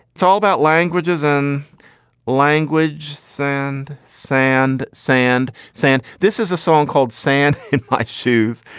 it's all about languages and language, sand, sand, sand, sand. this is a song called sand in my shoes.